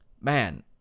man